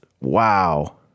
Wow